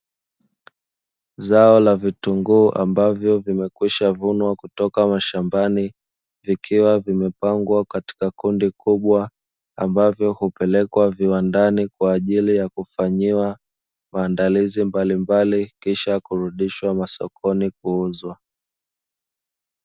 Zao la vitunguu ambavyo vimekwishavunwa kutoka mashambani, vikiwa vimepangwa katika kundi kubwa ambavyo hupelekwa viwandani kwa ajili ya kufanyiwa maandalizi mbalimbali kisha kurudishwa masokoni kuuzwa.